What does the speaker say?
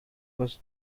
was